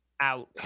Out